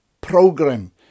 program